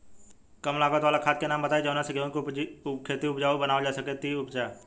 कम लागत वाला खाद के नाम बताई जवना से गेहूं के खेती उपजाऊ बनावल जा सके ती उपजा?